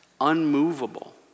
unmovable